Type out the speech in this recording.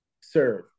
serve